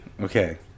Okay